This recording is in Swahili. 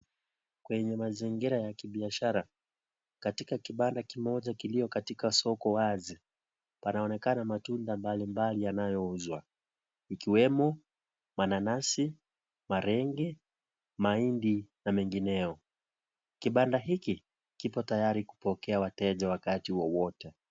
Kwenye mazingira ya kibiashara katika kibanda kimoja kilicho katika soko wazi panaonekana matunda mbalimbali yanayouzwa ikiwemo mananasi, malenge, mahindi na mengineyo. Kibanda hiki kipo tayari kupokea wateja wakati wowote.